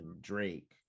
Drake